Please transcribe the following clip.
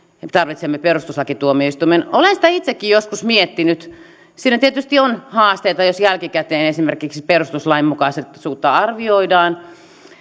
me tarvitsemme perustuslakituomioistuimen olen sitä itsekin joskus miettinyt siinä tietysti on haasteita jos jälkikäteen esimerkiksi perustuslainmukaisuutta arvioidaan